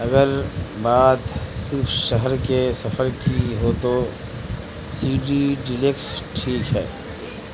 اگر بات صرف شہر کے سفر کی ہو تو سی ڈی ڈیلیکس ٹھیک ہے